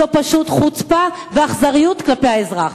זאת פשוט חוצפה ואכזריות כלפי האזרח.